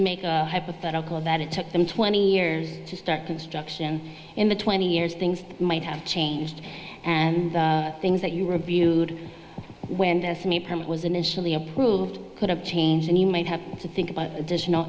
make a hypothetical that it took them twenty years to start construction in the twenty years things might have changed and things that you were abused when decimate permit was initially approved could have changed and you might have to think about additional